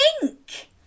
pink